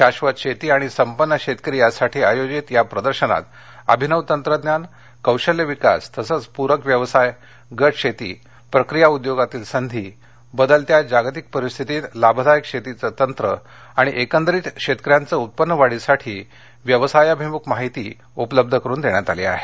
शाश्वत शेती आणि संपन्न शेतकरी यासाठी आयोजित या प्रदर्शनात अभिनव तंत्रज्ञान कौशल्य विकास तसंच पूरक व्यवसाय गट शेती प्रक्रिया उद्योगातील संधी बदलत्या जागतिक परिस्थितीत लाभदायक शेतीचे तंत्र आणि एकंदरीत शेतकऱ्यांचे उत्पन्न वाढीसाठी व्यवसायाभिमुख माहिती उपलब्ध करून देण्यात आली आहे